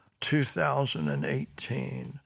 2018